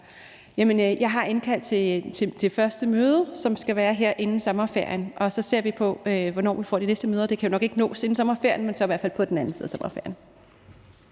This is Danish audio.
Jeg har indkaldt til første møde, som skal være her inden sommerferien, og så ser vi på, hvornår vi får det næste møde, og det kan nok ikke nås inden sommerferien, men så i hvert fald på den anden side af sommerferien.